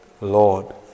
Lord